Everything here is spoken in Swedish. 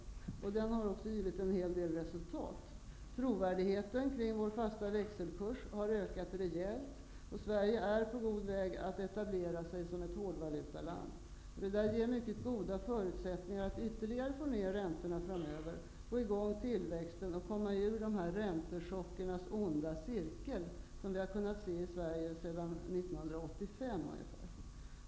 Den har också givit en hel del resultat. Trovärdigheten kring vår fasta växelkurs har ökat rejält, och Sverige är på god väg att etablera sig som ett hårdvalutaland. Det ger goda förutsättningar att ytterligare få ner räntorna framöver, få igång tillväxten och komma ur räntechockernas onda cirkel som Sverige har befunnit sig i sedan 1985.